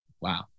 Wow